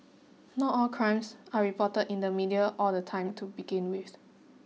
not all crimes are reported in the media all the time to begin with